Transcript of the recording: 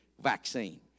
vaccine